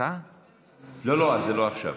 זה לא עכשיו.